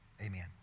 amen